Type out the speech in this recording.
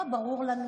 לא ברור לנו?